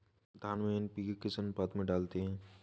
धान में एन.पी.के किस अनुपात में डालते हैं?